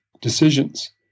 decisions